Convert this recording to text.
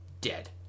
dead